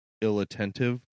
ill-attentive